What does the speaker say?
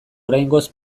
oraingoz